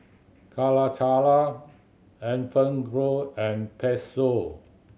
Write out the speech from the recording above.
Calacara and Fagrow and Pezzo